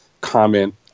comment